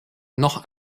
noch